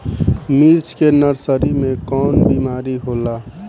मिर्च के नर्सरी मे कवन बीमारी होला?